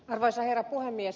arvoisa herra puhemies